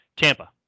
Tampa